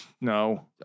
No